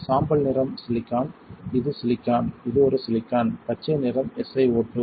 சாம்பல் நிறம் சிலிக்கான் இது சிலிக்கான் இது ஒரு சிலிக்கான் பச்சை நிறம் SiO2